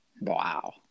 Wow